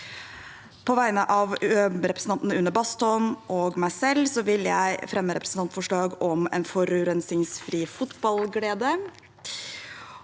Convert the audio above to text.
På vegne av representanten Une Bastholm og meg selv vil jeg fremme representantforslag om forurensningsfri fotballglede.